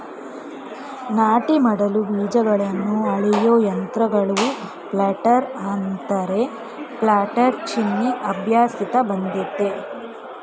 ನಾಟಿ ಮಾಡಲು ಬೀಜಗಳನ್ನ ಅಳೆಯೋ ಯಂತ್ರಗಳನ್ನ ಪ್ಲಾಂಟರ್ ಅಂತಾರೆ ಪ್ಲಾನ್ಟರ್ ಚೀನೀ ಅಭ್ಯಾಸ್ದಿಂದ ಬಂದಯ್ತೆ